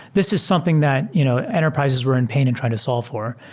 this is something that you know enterprises were in pain and trying to solve for.